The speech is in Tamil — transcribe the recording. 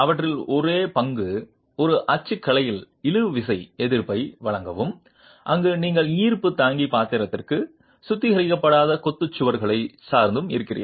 அவற்றின் ஒரே பங்கு ஒரு அச்சுக்கலையில் இழுவிசை எதிர்ப்பை வழங்கவும் அங்கு நீங்கள் ஈர்ப்பு தாங்கி பாத்திரத்திற்கு சுத்திகரிக்கப்படாத கொத்து சுவர்களை சார்ந்து இருக்கிறீர்கள்